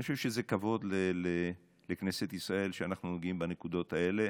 אני חושב שזה כבוד לכנסת ישראל שאנחנו נוגעים בנקודות האלה,